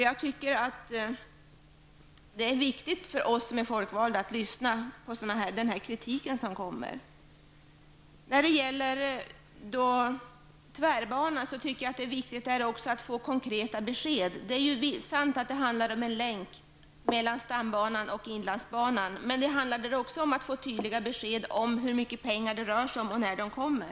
Jag tycker det är viktigt för oss som är folkvalda att lyssna på den kritik som kommer. Också när det gäller tvärbanan är det viktigt att få ett konkret besked. Det är riktigt att det handlar om en länk mellan stambanan och inlandsbanan, men det handlar väl också om att få tydliga besked om hur mycket pengar det rör sig om och när de kommer.